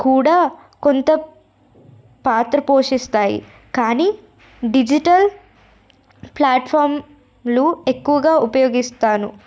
కూడా కొంత పాత్ర పోషిస్తాయి కానీ డిజిటల్ ప్లాట్ఫామ్లు ఎక్కువగా ఉపయోగిస్తాను